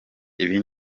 ibi